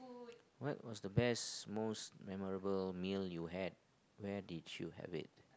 what was the best most memorable meal you had where did you have it